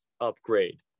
upgrade